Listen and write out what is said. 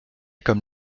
comme